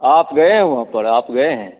आप गए हो वहाँ पर आप गए हैं